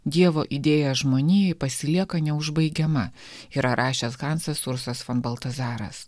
dievo idėja žmonijai pasilieka neužbaigiama yra rašęs hansas sursas fon baltazaras